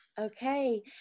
Okay